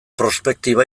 prospektiba